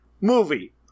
movie